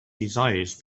desires